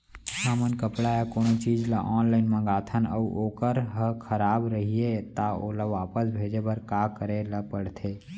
हमन कपड़ा या कोनो चीज ल ऑनलाइन मँगाथन अऊ वोकर ह खराब रहिये ता ओला वापस भेजे बर का करे ल पढ़थे?